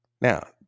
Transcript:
Now